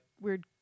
weird